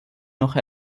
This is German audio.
noch